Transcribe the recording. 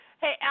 Hey